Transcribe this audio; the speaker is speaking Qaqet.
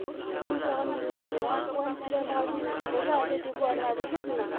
Una taqarala na luqia ma qalmingi i luqia ma qalmingi de luqe ma engul ara ngaritk da mengularelaing. Da luqia ma qalmingi de luqe de kia drlam sa mranas, biv una taqan una vimiam van tle ama qalmingia luqia de div van narli qinak